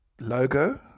logo